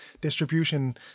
distribution